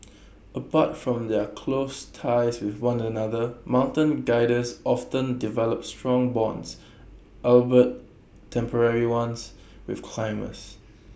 apart from their close ties with one another mountain Guides often develop strong bonds albeit temporary ones with climbers